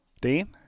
Dean